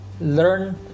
learn